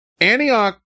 Antioch